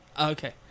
Okay